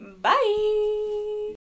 bye